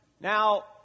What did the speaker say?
Now